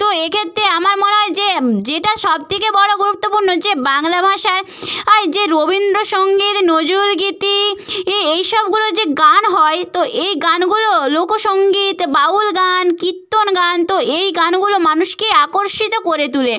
তো এক্ষেত্রে আমার মনে হয় যে যেটা সব থেকে বড় গুরুত্বপূর্ণ যে বাংলা ভাষায় যে রবীন্দ্রসঙ্গীত নজরুলগীতি ই এই সবগুলো যে গান হয় তো এই গানগুলো লোকসঙ্গীত বাউল গান কীর্তন গান তো এই গানগুলো মানুষকে আকর্ষিত করে তোলে